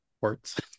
words